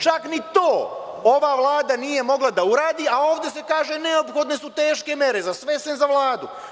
Čak ni to ova vlada nije mogla da uradi, a ovde se kaže – neophodne su teške mere za sve sem za Vladu.